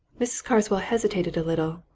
mrs. carswell hesitated a little,